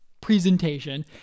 presentation